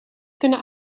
kunnen